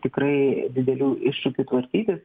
tikrai didelių iššūkių tvarkytis